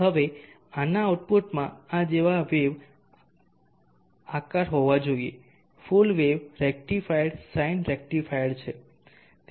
હવે આના આઉટપુટમાં આ જેવા વેવ આકાર હોવા જોઈએ full wave rectified sine rectified છે